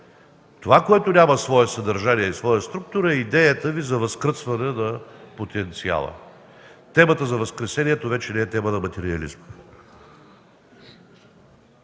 Това, което няма свое съдържание и своя структура, е идеята Ви за възкръсване на потенциала. Темата за възкресението вече не е тема на материализма.